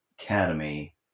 academy